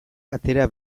atera